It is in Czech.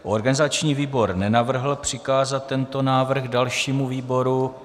Organizační výbor nenavrhl přikázat tento návrh dalšímu výboru.